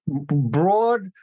broad